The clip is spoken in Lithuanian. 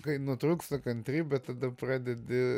kai nutrūksta kantrybė tada pradedi